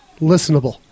Listenable